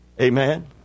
Amen